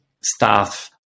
staff